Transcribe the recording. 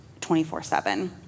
24-7